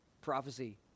prophecy